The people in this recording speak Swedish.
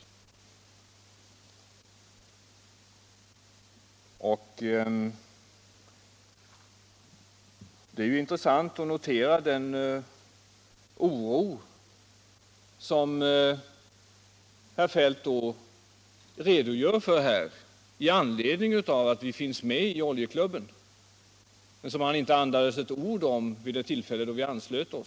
Det är intressant att notera den oro som herr Feldt redogör för här i anledning av att Sverige är med i Oljeklubben men som han inte andades ett ord om vid det tillfälle då Sverige anslöt sig.